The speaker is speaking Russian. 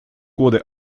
годы